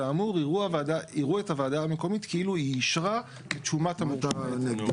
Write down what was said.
אבל אם שילמתי לוועדה המקומית אז קיבלתי אישור תשלום מהוועדה המקומית.